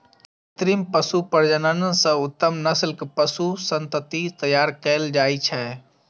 कृत्रिम पशु प्रजनन सं उत्तम नस्लक पशु संतति तैयार कएल जाइ छै